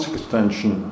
Extension